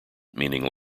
meaning